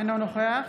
אינו נוכח